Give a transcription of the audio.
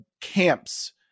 camps